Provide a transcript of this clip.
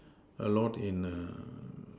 a lot in